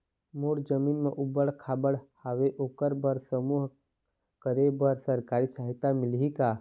मोर जमीन म ऊबड़ खाबड़ हावे ओकर बर समूह करे बर सरकारी सहायता मिलही का?